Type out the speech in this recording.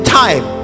time